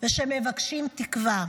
ושמבקשים תקווה.